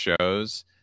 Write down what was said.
shows